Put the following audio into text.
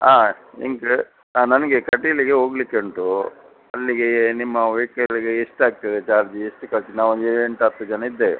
ಹಾಂ ನಿಮ್ಗೆ ಹಾಂ ನನಗೆ ಕಟೀಲಿಗೆ ಹೋಗಲಿಕ್ಕೆ ಉಂಟು ಅಲ್ಲಿಗೆ ನಿಮ್ಮ ವೆಹಿಕಲ್ಗೆ ಎಷ್ಟು ಆಗ್ತದೆ ಚಾರ್ಜ್ ಎಷ್ಟಕ್ಕಾಗ್ತದೆ ನಾವು ಒಂದು ಏಳು ಎಂಟು ಹತ್ತು ಜನ ಇದ್ದೇವೆ